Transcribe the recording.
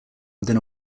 within